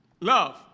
Love